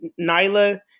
Nyla